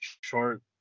short